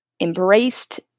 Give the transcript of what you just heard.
embraced